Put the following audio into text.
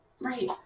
Right